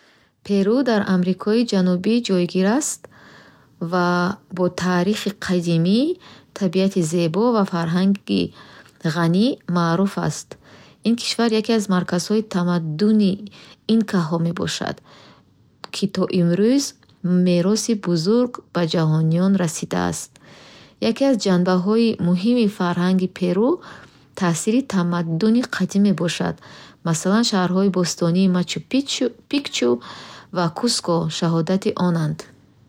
Перу дар Амрикои Ҷанубӣ ҷойгир аст ва бо таърихи қадимӣ, табиати зебо ва фарҳанги ғанӣ маъруф аст. Ин кишвар яке аз марказҳои тамаддуни инкаҳо мебошад, ки то имрӯз мероси бузург ба ҷаҳониён расонидааст. Яке аз ҷанбаҳои муҳими фарҳанги Перу таъсири тамаддуни қадим мебошад. Масалан, шаҳрҳои бостонии Мачу-Пичу ва Куско шаҳодати онанд.